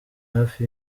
hafi